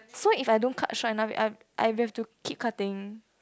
so if I don't cut short enough I've I will have to keep cutting